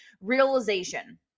realization